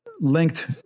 linked